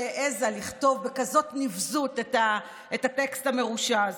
שהעזה לכתוב בכזאת נבזות את הטקסט המרושע הזה: